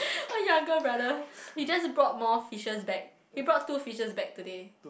my younger brother he just brought more fishes back he brought two fishes back today